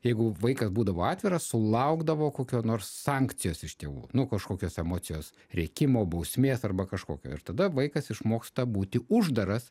jeigu vaikas būdavo atviras sulaukdavo kokio nors sankcijos iš tėvų nu kažkokios emocijos rėkimo bausmės arba kažkokio ir tada vaikas išmoksta būti uždaras